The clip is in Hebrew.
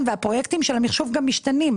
הפרויקטים של המחשוב גם משתנים,